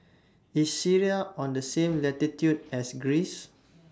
IS Syria on The same latitude as Greece